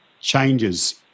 changes